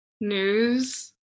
news